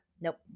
Nope